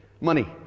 money